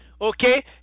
Okay